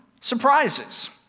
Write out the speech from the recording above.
surprises